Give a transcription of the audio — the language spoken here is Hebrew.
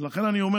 לכן אני אומר